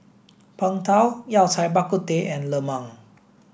Png Tao Yao Cai Bak Kut Teh and Lemang